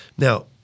Now